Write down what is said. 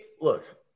look